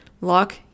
lock